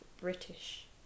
British